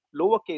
lowercase